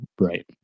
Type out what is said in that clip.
Right